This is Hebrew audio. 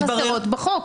זה מתברר בחוק.